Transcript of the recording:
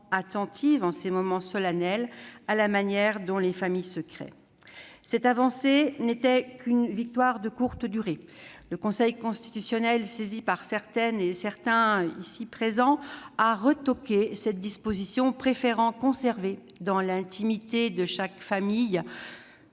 attentive, en ces moments solennels, à la manière dont les familles se créent. Cette avancée ne fut qu'une victoire de courte durée. Le Conseil constitutionnel, saisi par certains d'entre vous, a censuré cette disposition, préférant conserver, dans l'intimité de chaque famille,